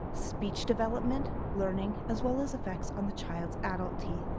speech development, learning as well as effects on the child's adult teeth.